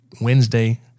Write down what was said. wednesday